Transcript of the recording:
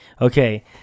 okay